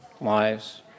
lives